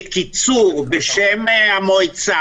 אני קורא מהנוסח המקורי, הנוסח שהועבר לוועדה.